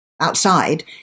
outside